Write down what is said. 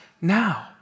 now